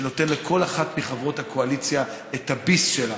שנותן לכל אחת מחברות הקואליציה את הביס שלה